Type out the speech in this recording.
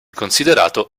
considerato